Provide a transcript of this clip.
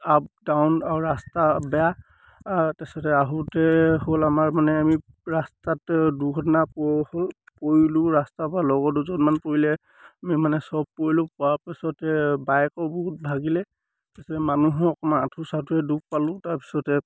up down ৰাস্তা বেয়া তাৰপিছতে আহোঁতে হ'ল আমাৰ মানে আমি ৰাস্তাত দুৰ্ঘটনা পোৱা হ'ল পৰিলোঁ ৰাস্তাৰপৰা লগৰ দুজনমান পৰিলে আমি মানে চব পৰিলোঁ পৰাৰ পিছতে বাইকো বহুত ভাগিলে তাৰপিছতে মানুহক অকণমান আঁঠুৰ চাঠুৱে দুখ পালোঁ তাৰপিছতে